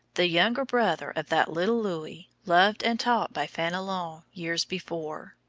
the younger brother of that little louis loved and taught by fenelon years before.